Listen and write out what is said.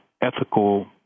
ethical